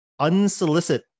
unsolicit